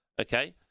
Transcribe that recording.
okay